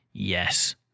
Yes